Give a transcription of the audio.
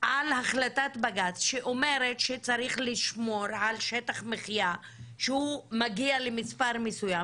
על החלטת בג"ץ שאומרת שצריך לשמור על שטח מחיה שהוא מגיע למספר מסוים.